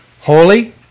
holy